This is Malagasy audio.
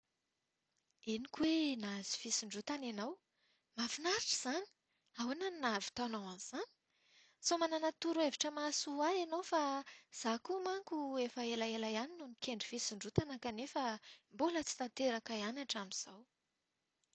Henoko hoe nahazo fisondrotana ianao, mahafinaritra izany! Ahoana no nahavitanao an’izany? Sao manana torohevitra mahasoa ho ahy ianao fa izaho koa efa elaela ihany no nikendry fisondrotana kanefa mbola tsy tanteraka ihany hatramin'izao.